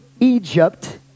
egypt